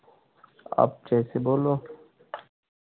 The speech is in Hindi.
अप जैसे बोलो